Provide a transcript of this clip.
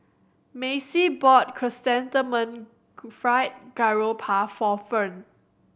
Macy bought Chrysanthemum Fried Garoupa for Ferne